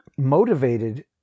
motivated